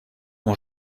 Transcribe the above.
ont